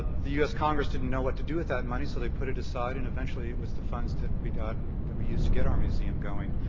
the us congress didn't know what to do with that money so they put it aside and eventually it was the funds that we got that we used to get our museum going.